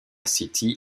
city